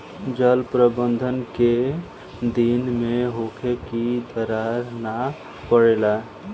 जल प्रबंधन केय दिन में होखे कि दरार न परेला?